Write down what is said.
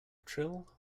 trill